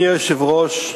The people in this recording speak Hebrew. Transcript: אדוני היושב-ראש,